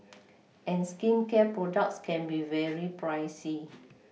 and skincare products can be very pricey